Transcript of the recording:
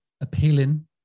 appealing